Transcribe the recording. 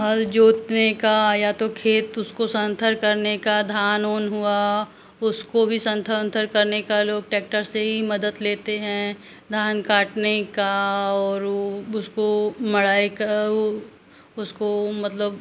हल जोतने का या तो खेत उसको सांथर करने का धान ओन हुआ उसको भी संथर ओंथर करने का लोग टैक्टर से ही मदद लेते हैं धान काटने का और उसको मड़ाई का वो उसको मतलब